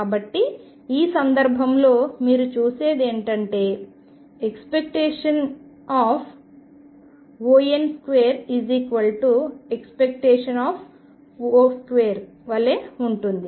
కాబట్టి ఈ సందర్భంలో మీరు చూసేది ఏమిటంటే ⟨On2⟩ ⟨O2⟩ వలె ఉంటుంది